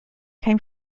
came